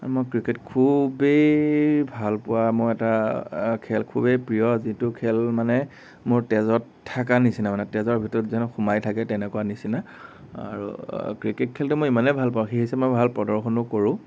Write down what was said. মই ক্ৰিকেট খুবেই ভাল পোৱা মোৰ এটা খুবেই প্ৰিয় যিটো খেল মানে মোৰ তেজত থাকা নিচিনা মানে তেজৰ ভিতৰত যেন সোমাই থাকে তেনেকুৱা নিচিনা আৰু ক্ৰিকেট খেলতো মই ইমানে ভাল পাওঁ সেই হিচাপে মই ভাল প্ৰদৰ্শনো কৰোঁ